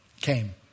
came